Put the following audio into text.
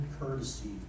courtesy